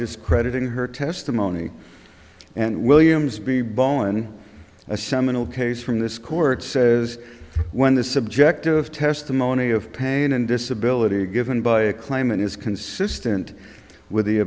discrediting her testimony and williams b bowen a seminal case from this court says when the subject of testimony of pain and disability given by a claimant is consistent with the